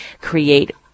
create